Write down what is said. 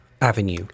avenue